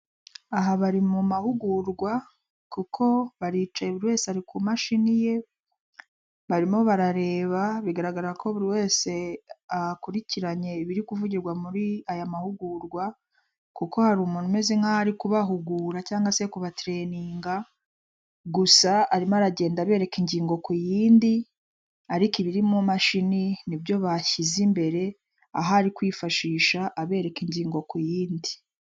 Inyubako y'itaje igeretse hejuru, irimo ibirahure by'ubururu, hasi harimo imodoka irimo mu hantu hubakiye harimo ibyuma, isakariye wagira ngo ni amabati, hasi hariho n'ibyatsi n'amaraba.